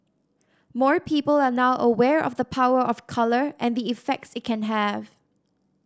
more people are now aware of the power of colour and the effects it can have